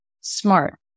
smart